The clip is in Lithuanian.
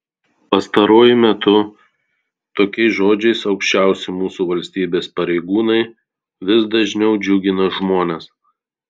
pastaruoju metu tokiais žodžiais aukščiausi mūsų valstybės pareigūnai vis dažniau džiugina žmones